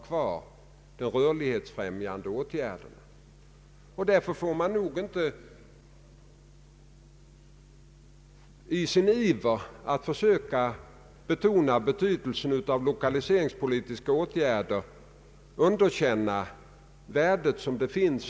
Herr Tistad pekade på vad som görs. i Frankrike och Italien, och någon talare — jag tror att det var herr Bohman — nämnde också England. Vad är det fråga om i England?